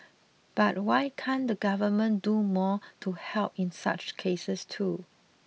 but why can't the government do more to help in such cases too